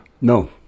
No